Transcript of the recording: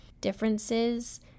differences